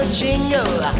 jingle